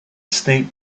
snake